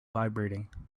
vibrating